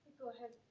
go ahead!